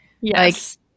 Yes